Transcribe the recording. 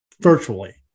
virtually